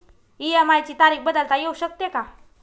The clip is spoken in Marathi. इ.एम.आय ची तारीख बदलता येऊ शकते का?